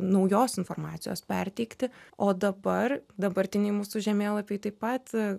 naujos informacijos perteikti o dabar dabartiniai mūsų žemėlapiai taip pat